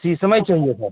शीशम ही चाहिए था